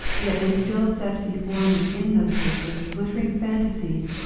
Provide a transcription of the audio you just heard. yet they still set before me in those dishes, glit tering fantasies,